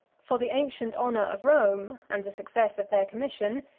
for the ancient honor of rome, and the success of their commission,